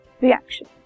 reaction